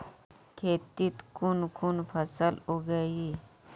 खेतीत कुन कुन फसल उगेई?